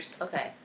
Okay